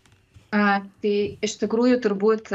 a tai iš tikrųjų turbūt